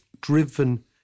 driven